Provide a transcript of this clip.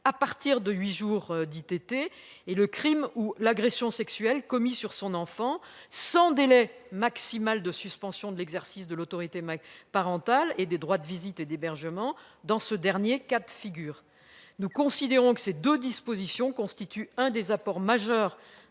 à partir de huit jours d'ITT, ainsi que le crime ou l'agression sexuelle commis sur son enfant, sans délai maximal de suspension de l'exercice de l'autorité parentale et des droits de visite et d'hébergement. Nous considérons que ces deux dispositions constituent l'un des apports majeurs